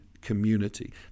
community